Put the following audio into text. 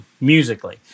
musically